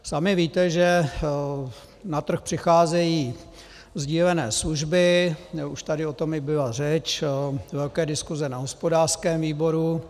Sami víte, že na trh přicházejí sdílené služby, už tady o tom byla řeč, velké diskuse na hospodářském výboru.